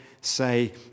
say